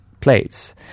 plates